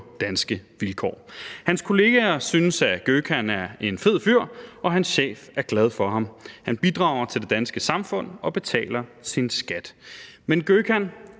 danske vilkår. Gökhans kollegaer synes, at han er en fed fyr, og hans chef er glad for ham, han bidrager til det danske samfund og betaler sin skat. Men Gökhan